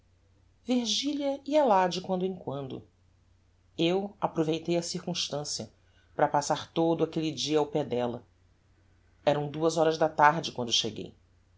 virgilia ia lá de quando em quando eu aproveitei a circumstancia para passar todo aquelle dia ao pé della eram duas horas da tarde quando cheguei